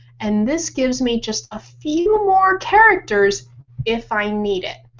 and this gives me just a few more characters if i need it.